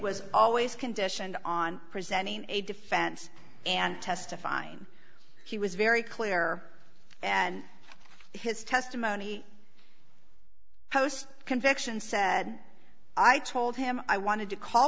was always conditioned on presenting a defense and testifying he was very clear and his testimony post conviction said i told him i wanted to call